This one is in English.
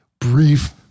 Brief